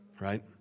right